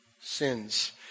sins